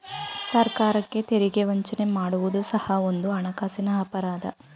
ಸರ್ಕಾರಕ್ಕೆ ತೆರಿಗೆ ವಂಚನೆ ಮಾಡುವುದು ಸಹ ಒಂದು ಹಣಕಾಸಿನ ಅಪರಾಧ